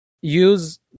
use